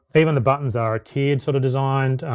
even the buttons are a tier sort of designed,